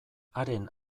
haren